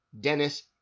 Dennis